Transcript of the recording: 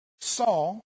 Saul